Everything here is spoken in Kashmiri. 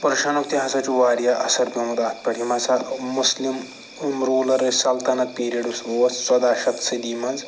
پرشیٚنُک تہِ ہسا چھُ واریاہ اثر پیٛومُت اتھ پٮ۪ٹھ یِم ہسا مسلِم روٗلر ٲسۍ سلطنت پیرڈ یُس اوس ژۄداہ شیٚتھ صدی منٛز